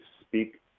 speak